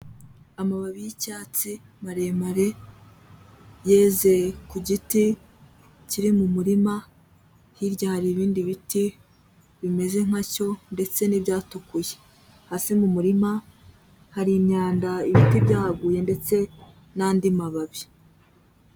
Amababi y'icyatsi maremare yeze ku giti kiri mu murima, hirya hari ibindi biti bimeze nka cyo ndetse n'ibyatukuye, hasi mu murima hari imyanda y'ibiti byahaguye ndetse n'andi mababi.